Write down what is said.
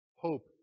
hope